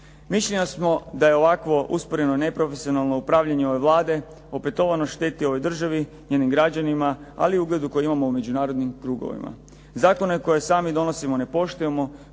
Mišljenja smo da je ovakvo usporeno neprofesionalno upravljanje ove Vlade opetovano šteti ovoj državi, njenim građanima ali i ugledu koji imamo u međunarodnim krugovima. Zakone koje sami donosimo ne poštujemo,